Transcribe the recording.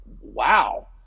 wow